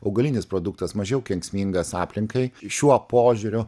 augalinis produktas mažiau kenksmingas aplinkai šiuo požiūriu